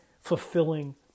fulfilling